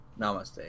Namaste